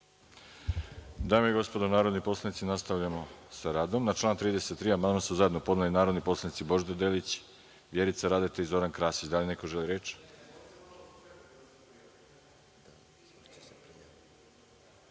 Dame i gospodo narodni poslanici, nastavljamo sa radom. Na član 33. amandman su zajedno podneli narodni poslanici Božidar Delić, Vjerica Radeta i Zoran Krasić. Da li neko želi reč?